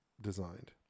designed